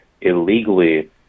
illegally